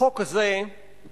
החוק הזה הופך